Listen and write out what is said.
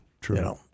true